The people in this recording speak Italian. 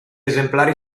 esemplari